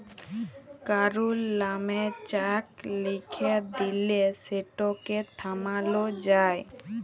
কারুর লামে চ্যাক লিখে দিঁলে সেটকে থামালো যায়